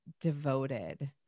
devoted